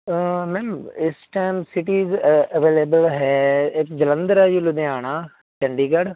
ma'am ਇਸ time cities available ਹੈ ਇੱਕ ਜਲੰਧਰ ਹੈ ਜੀ ਲੁਧਿਆਣਾ ਚੰਡੀਗੜ੍ਹ